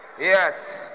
Yes